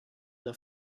the